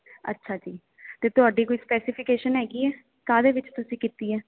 ਅੱਛਾ ਜੀ ਤੇ ਤੁਹਾਡਾ ਕੋਈ ਸਪੈਸੀਫੀਕੇਸ਼ਨ ਹੈਗੀ ਆ ਕਾਹਦੇ ਵਿੱਚ ਤੁਸੀਂ ਕੀਤੀ ਆ